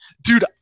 Dude